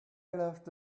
left